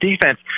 defense